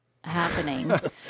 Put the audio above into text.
happening